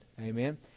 Amen